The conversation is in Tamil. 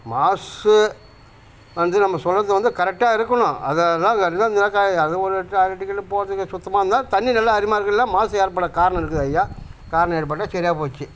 மாசு வந்து நம்ம சொன்னது வந்து கரெக்டாக இருக்கணும் அதெலாம் அது ஒரு டாய்லெட்டுக்குனு போறதுக்கு சுத்தமாக இருந்தால் தண்ணி நல்லா அருமையாக இருக்கும் இல்லைனா மாசு ஏற்பட காரணம் இருக்குது ஐயா காரணம் ஏற்பட சரியாப் போச்சு